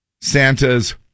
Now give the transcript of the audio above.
Santa's